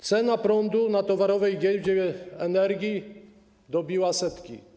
Cena prądu na Towarowej Giełdzie Energii dobiła setki.